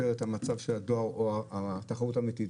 את מצב הדואר או ליצור תחרות אמיתית.